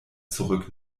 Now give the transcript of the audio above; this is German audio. zurück